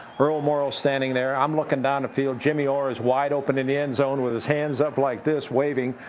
earl morrall's standing there. i'm looking down the field. jimmy orr is wide open in the end zone with his hands up like this, waving,